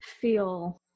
feel